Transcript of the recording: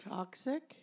Toxic